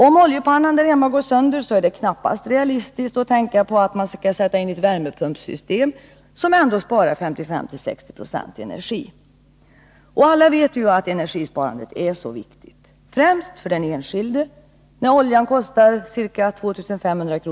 Om oljepannan där hemma går sönder, är det knappast realistiskt att tänka sig att sätta in ett värmepumpsystem, trots att detta sparar 55-60 96 energi och trots att alla vet, att energisparandet är så viktigt. Det är viktigt främst för den enskilde — oljan kostar ju f. n. ca 2 500 kr.